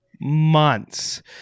months